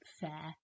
fair